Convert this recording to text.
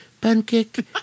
pancake